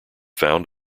found